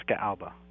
Alba